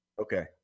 Okay